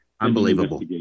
Unbelievable